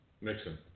Mixon